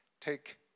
take